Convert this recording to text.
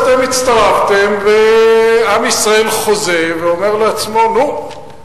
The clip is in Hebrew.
אז אתם הצטרפתם ועם ישראל חוזה ואומר לעצמו: נו,